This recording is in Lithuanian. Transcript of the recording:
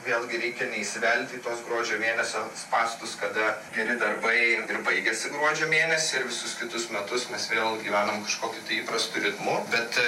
vėlgi reikia neįsivelti į tuos gruodžio mėnesio spąstus kada geri darbai ir baigiasi gruodžio mėnesį ir visus kitus metus mes vėl gyvenam kažkokiu tai įprastu ritmu bet